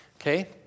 okay